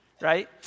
right